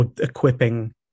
equipping